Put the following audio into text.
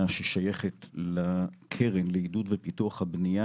ששייכת לקרן לעידוד ופיתוח הבנייה,